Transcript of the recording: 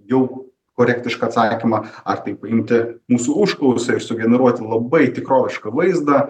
jų korektišką atsakymą ar tai priimti mūsų užklausą ir sugeneruoti labai tikrovišką vaizdą